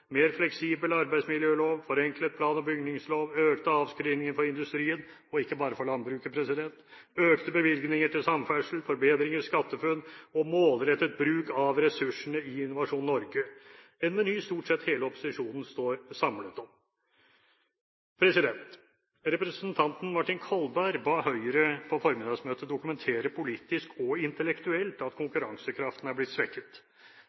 mer fleksibel arbeidsmiljølov, forenklet plan- og bygningslov, økte avskrivninger for industrien og ikke bare for landbruket, økte bevilgninger til samferdsel, forbedringer i SkatteFUNN og målrettet bruk av ressursene i Innovasjon Norge – en meny stort sett hele opposisjonen står samlet om. Representanten Martin Kolberg ba Høyre på formiddagsmøtet dokumentere politisk og intellektuelt at konkurransekraften er blitt svekket.